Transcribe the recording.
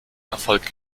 erfolg